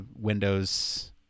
Windows